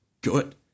good